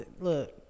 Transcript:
Look